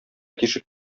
тишек